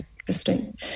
interesting